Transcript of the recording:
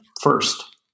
first